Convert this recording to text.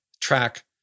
track